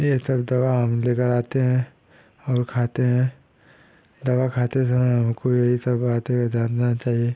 यह सब दवा हम लेकर आते हैं और खाते हैं दवा खाते समय हमको यही सब बातों पर ध्यान देना चाहिए